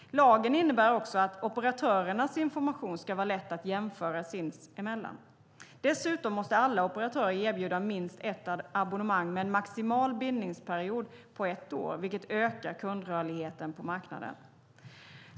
Lagen innebär också att operatörernas information ska vara lätt att jämföra sinsemellan. Dessutom måste alla operatörer erbjuda minst ett abonnemang med en maximal bindningsperiod på ett år vilket ökar kundrörligheten på marknaden.